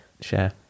share